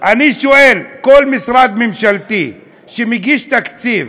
אני שואל: כל משרד ממשלתי שמגיש תקציב